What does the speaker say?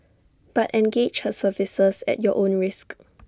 but engage her services at your own risk